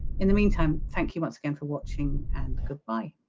in the meantime thank you once again for watching, and goodbye.